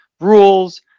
rules